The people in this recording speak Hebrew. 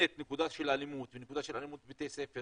נקודה של אלימות ונקודה של אלימות בבתי ספר